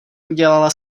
udělala